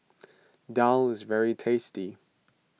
Daal is very tasty